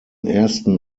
ersten